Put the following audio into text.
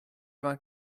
vingt